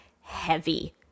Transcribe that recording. heavy